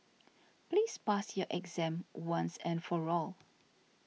please pass your exam once and for all